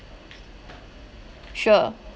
sure